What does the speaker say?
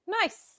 nice